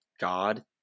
god